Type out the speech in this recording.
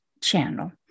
channel